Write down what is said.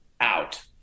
out